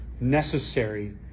necessary